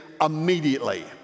immediately